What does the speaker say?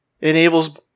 enables